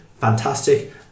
Fantastic